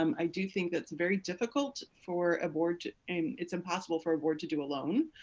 um i do think that's very difficult for a board and it's impossible for a board to do alone